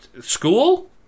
School